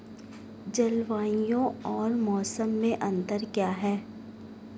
जलवायु और मौसम में अंतर क्या है?